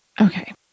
Okay